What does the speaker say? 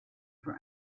for